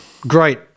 great